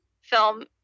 film